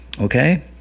Okay